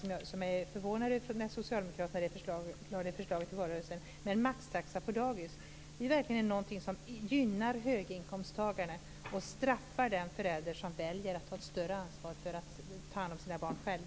Det förvånade mig när socialdemokraterna i valrörelsen föreslog en maxtaxa på dagis. Det är verkligen något som gynnar höginkomsttagarna och straffar den förälder som väljer att ta ett större ansvar för att ta hand om sina barn själv.